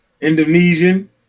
Indonesian